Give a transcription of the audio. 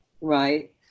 right